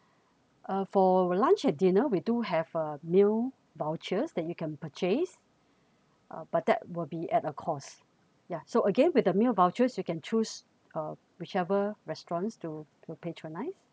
uh for lunch and dinner we do have a meal vouchers that you can purchase uh but that will be at a cost ya so again with the meal vouchers you can choose uh whichever restaurants to to patronize